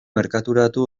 merkaturatu